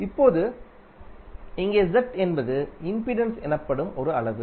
இப்போது இங்கே Z என்பது இம்பிடன்ஸ் எனப்படும் ஒரு அளவு